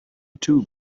too